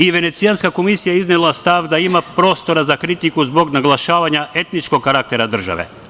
I Venecijanska komisija je iznela stav da ima prostora za kritiku zbog naglašavanja etničkog karaktera države.